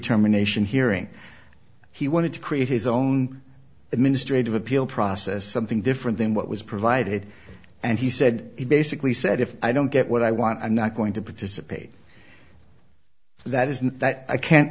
term anation hearing he wanted to create his own administrative appeal process something different than what was provided and he said he basically said if i don't get what i want i'm not going to participate that is